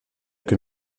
que